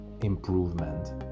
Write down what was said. improvement